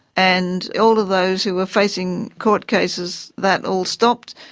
and all of those who were facing court cases, that all stopped.